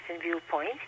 viewpoint